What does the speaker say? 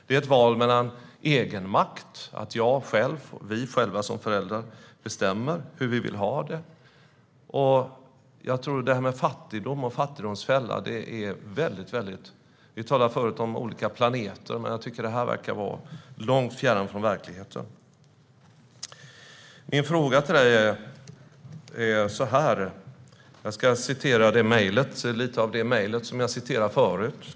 Det är ett val som handlar om egenmakt - att jag själv och vi själva som föräldrar bestämmer hur vi vill ha det. Jag tror att det här med fattigdomsfälla är väldigt långt borta. Vi talade förut om olika planeter, men jag tycker att detta verkar vara långt fjärran från verkligheten. Jag har en fråga till dig. Jag ska läsa lite ur det mejl som jag läste ur förut.